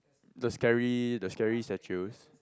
the scary the scary statues